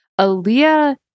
Aaliyah